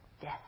death